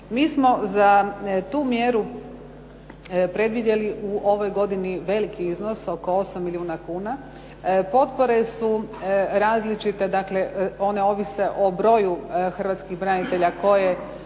Mi smo za tu mjeru predvidjeli u ovoj godini veliki iznos oko 8 milijuna kuna. Potpore su različite, dakle one ovise o broju hrvatskih branitelja koje